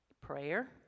prayer